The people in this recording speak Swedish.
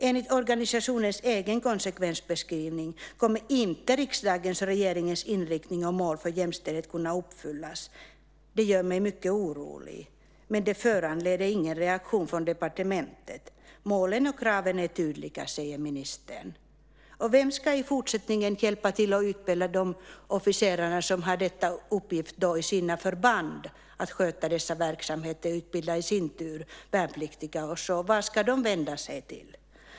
Enligt organisationens egen konsekvensbeskrivning kommer inte riksdagens och regeringens inriktning och mål för jämställdhet att kunna uppfyllas. Det gör mig mycket orolig, men det föranleder ingen reaktion från departementet. Målen och kraven är tydliga, säger ministern. Vem ska i fortsättningen hjälpa till att utbilda de officerare som i sina förband har uppgiften att sköta dessa verksamheter och i sin tur utbilda värnpliktiga? Vart ska de vända sig?